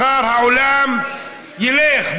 מחר העולם ילך,